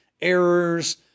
errors